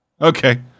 Okay